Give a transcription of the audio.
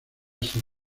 ser